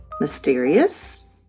mysterious